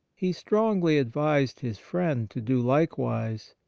he strongly advised his friend to do likewise,